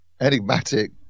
enigmatic